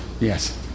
yes